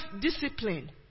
discipline